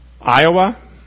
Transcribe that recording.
Iowa